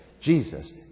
Jesus